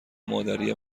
مادری